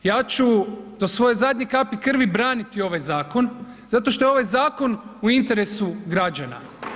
Ja ću do svoje zadnje kapi krvi braniti ovaj zakon zato što je ovaj zakon u interesu građana.